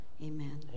Amen